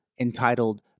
entitled